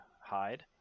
hide